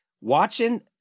watching